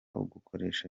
ugakoresha